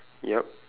yup